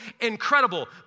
incredible